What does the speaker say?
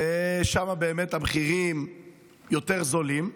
ושם באמת המחירים יותר זולים.